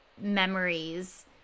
memories